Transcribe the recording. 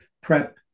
PrEP